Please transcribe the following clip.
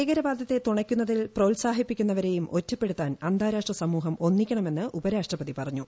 ഭീകരവാദത്തെ തുനയ്ക്കുന്നതിൽ പ്രോത്സാഹിപ്പിക്കുന്നവരെയും ഒറ്റപ്പെടുത്താൻ അന്താരാഷ്ട്ര സമൂഹം ഒന്നിക്കണമെന്ന് ഉപരാഷ്ട്രപതി ് പറഞ്ഞു